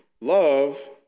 Love